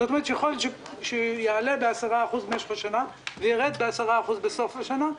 זאת אומרת שיכול להיות שיעלה ב-10% במשך השנה וירד ב-10% בסוף השנה.